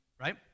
right